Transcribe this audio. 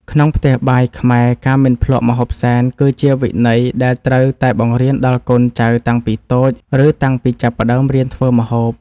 ក្នុងផ្ទះបាយខ្មែរការមិនភ្លក្សម្ហូបសែន គឺជាវិន័យដែលត្រូវតែបង្រៀនដល់កូនចៅតាំងពីតូច ឬតាំងពីចាប់ផ្តើមរៀនធ្វើម្ហូប។